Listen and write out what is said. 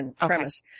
premise